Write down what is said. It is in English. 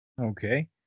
Okay